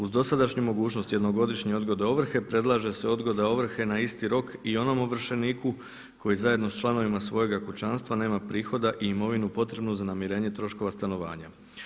Uz dosadašnju mogućnost jednogodišnje odgode ovrhe, predlaže se odgoda ovrhe na isti rok i onom ovršeniku koji zajedno sa članovima svojega kućanstva nema prihoda i imovinu potrebnu za namirenje troškova stanovanja.